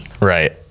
Right